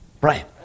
Brian